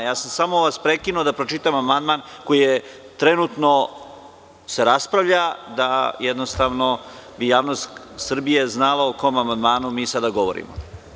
Ja sam vas samo prekinuo da bih pročitao amandman o kojem se trenutno raspravlja, da bi javnost Srbije znala o kom amandmanu mi sada govorimo.